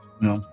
No